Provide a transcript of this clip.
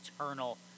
eternal